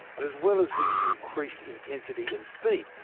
and as well as the increased intensity and speed,